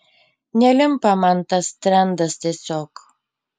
nelimpa man tas trendas tiesiog